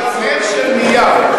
נמר של נייר.